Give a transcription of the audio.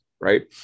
right